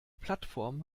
plattform